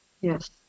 Yes